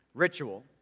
Ritual